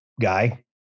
guy